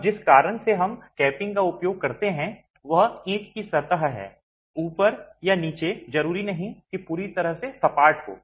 अब जिस कारण से हम कैपिंग का उपयोग करते हैं वह ईंट की सतह है ऊपर या नीचे जरूरी नहीं कि पूरी तरह से सपाट हो